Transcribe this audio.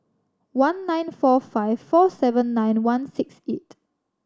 one nine four five four seven nine one six eight